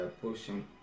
pushing